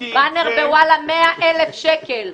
באנר בוואלה, 100,000 שקל.